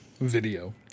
video